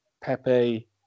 Pepe